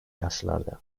yaşlarda